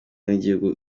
n’igihugu